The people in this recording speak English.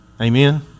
Amen